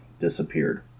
disappeared